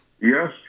Yes